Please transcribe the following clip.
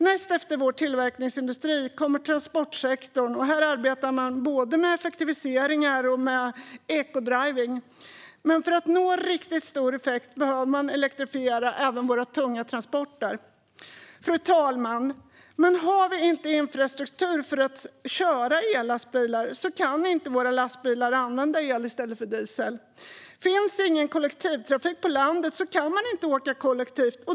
Näst efter vår tillverkningsindustri kommer transportsektorn. Här arbetar man både med effektiviseringar och med ecodriving. För att vi ska nå riktigt stor effekt behöver vi dock elektrifiera även våra tunga transporter. Men, fru talman, om vi inte har infrastruktur för att köra ellastbilar kan inte våra lastbilar använda el i stället för diesel. Finns det ingen kollektivtrafik på landet kan man inte åka kollektivt.